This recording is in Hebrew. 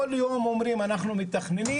כל יום אומרים אנחנו מתכננים.